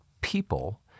people